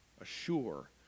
assure